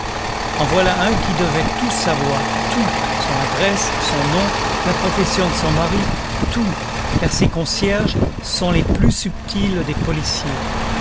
en voilà un qui devait tout savoir tout son adresse son nom la profession de son mari tout car ces concierges sont les plus subtils des policiers